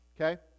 Okay